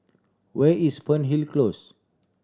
where is Fernhill Close